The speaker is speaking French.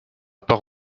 part